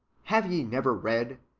have ye never read.